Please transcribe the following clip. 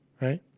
Right